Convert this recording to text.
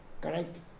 correct